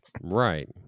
Right